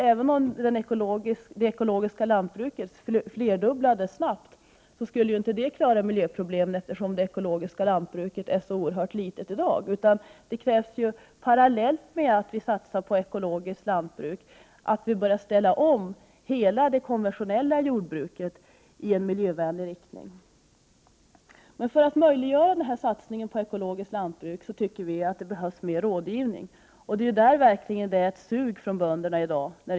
Även om det ekologiska lantbruket flerdubblades snabbt, skulle inte det lösa miljöproblemen, eftersom det är så oerhört litet i dag. Parallellt med att vi satsar på ekologiskt lantbruk krävs det att vi också = Prot. 1988/89:95 börjar ställa om hela det konventionella jordbruket. 12 april 1989 Men för att möjliggöra denna satsning på ekologiskt lantbruk behövs det mer rådgivning. Där finns det ett verkligt sug från bönderna.